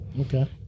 Okay